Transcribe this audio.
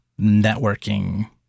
networking